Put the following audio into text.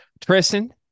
Tristan